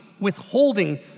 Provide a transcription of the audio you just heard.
Withholding